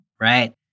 Right